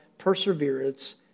Perseverance